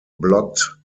blocked